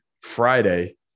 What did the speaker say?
Friday